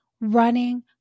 running